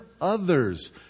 others